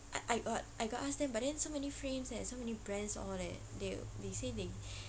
I I [what] I got ask them but then so many frames eh so many brands all eh they they say they